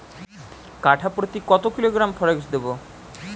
কাঠাপ্রতি কত কিলোগ্রাম ফরেক্স দেবো?